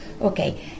Okay